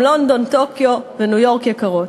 גם לונדון וניו-יורק יקרות.